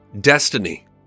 Destiny